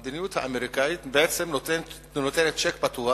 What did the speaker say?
המדיניות האמריקנית בעצם נותנת צ'ק פתוח